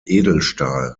edelstahl